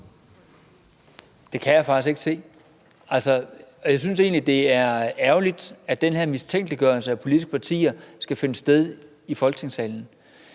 Det kan jeg faktisk ikke se. Jeg synes egentlig, det er ærgerligt, at den her mistænkeliggørelse af politiske partier skal finde sted i Folketingssalen.